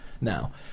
now